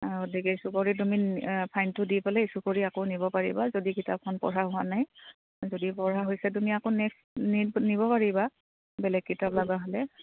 গতিকে ইছ্যু কৰি তুমি ফাইনটো দি পেলাই ইছ্যু কৰি আকৌ নিব পাৰিবা যদি কিতাপখন পঢ়া হোৱা নাই যদি পঢ়া হৈছে তুমি আকৌ নেক্সট নিব পাৰিবা বেলেগ কিতাপ লগা হ'লে